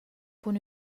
cun